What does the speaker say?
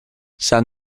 san